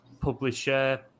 publisher